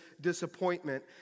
disappointment